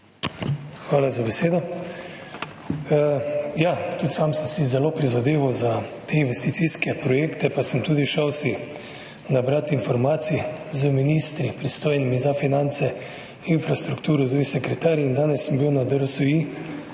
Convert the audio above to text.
Hvala za besedo. Tudi sam sem si zelo prizadeval za te investicijske projekte pa sem si tudi šel nabrat informacij z ministri, pristojnimi za finance, infrastrukturo, tudi sekretarji, in danes sem bil na DRSI.